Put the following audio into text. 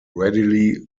readily